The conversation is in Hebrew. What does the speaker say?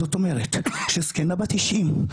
זאת אומרת שזקנה בת 90,